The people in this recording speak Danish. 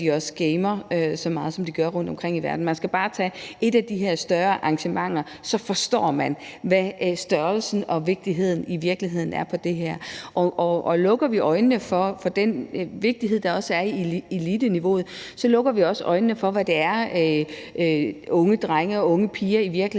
de også gamer så meget, som de gør, rundtomkring i verden. Man skal bare tage et af de her større arrangementer, så forstår man, hvilken størrelse og vigtighed det her i virkeligheden har. Og lukker vi øjnene for den vigtighed, der også gælder for eliteniveauet, så lukker vi også øjnene for, hvad det er, unge drenge og unge piger i virkeligheden